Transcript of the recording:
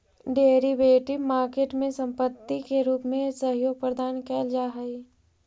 derivative market में संपत्ति के रूप में सहयोग प्रदान कैल जा हइ